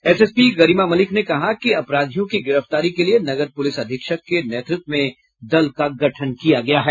SSP Garima Malik ने कहा कि अपराधियों की गिरफ्तारी के लिये नगर पुलिस अधीक्षक के नेतृत्व में दल का गठन किया गया है